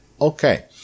Okay